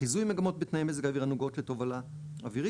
חיזוי מגמות בתנאי מזג האוויר הנוגעות לתובלה אווירית